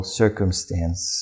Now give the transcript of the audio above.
circumstance